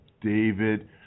David